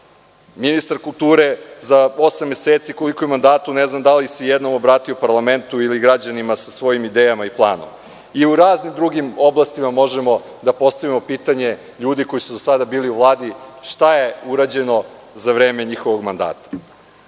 Ministar kulture za osam meseci koliko je u mandatu ne znam da li se jednom obratio parlamentu ili građanima Srbije sa svojim idejama ili planom. I u raznim drugim oblastima možemo da postavimo pitanje ljudi koji su do sada bili u Vladi – šta je urađeno za vreme njihovog mandata. Ova